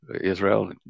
Israel